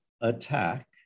attack